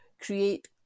create